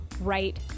right